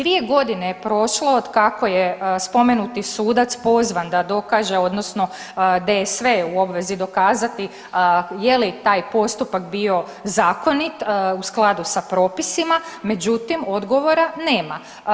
Dvije godine je prošlo od kako je spomenuti sudac pozvan da dokaže odnosno DSV je u obvezi dokazati je li taj postupak bio zakonit u skladu sa propisima, međutim odgovora nema.